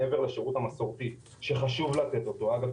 מעבר לשירות המסורתי שחשוב לתת אותו אגב,